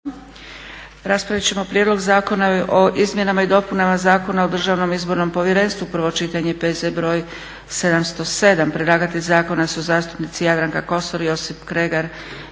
Raspravit ćemo - Prijedlog zakona o izmjenama i dopunama Zakona o Državnom izbornom povjerenstvu, prvo čitanje, P.Z. br. 707; Predlagatelj zakona su zastupnici Jadranka Kosor, Josip Kregar